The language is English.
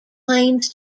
claims